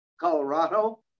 Colorado